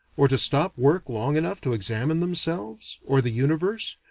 or to stop work long enough to examine themselves, or the universe,